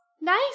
nice